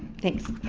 thanks